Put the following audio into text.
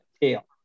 tail